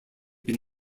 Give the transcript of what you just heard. been